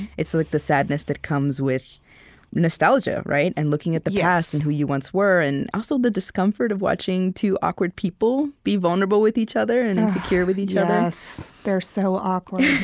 it's like the sadness that comes with nostalgia, and looking at the past and who you once were, and also the discomfort of watching two awkward people be vulnerable with each other and insecure with each other ugh, yes. they're so awkward.